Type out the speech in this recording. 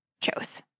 chose